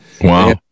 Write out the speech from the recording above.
Wow